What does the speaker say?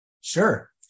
Sure